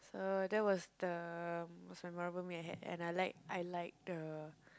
so that was the most memorable meal I had and and I like the